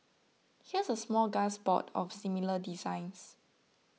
here's a smorgasbord of similar designs